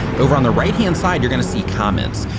over on the right hand side, you're gonna see comments.